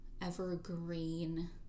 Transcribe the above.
evergreen